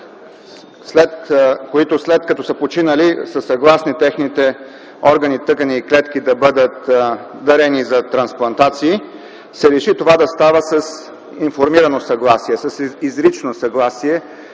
които, след като са починали, са съгласни техните органи, тъкани и клетки да бъдат дарени за трансплантации, се реши това да става с информирано съгласие, с изрично съгласие